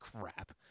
crap